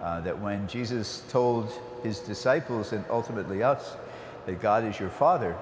d that when jesus told his disciples and ultimately outs they god is your father